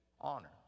honor